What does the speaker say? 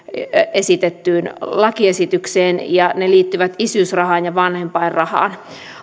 esitettyyn lakiesitykseen ja ne liittyvät isyysrahaan ja vanhempainrahaan